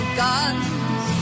guns